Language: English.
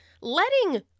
letting